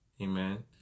amen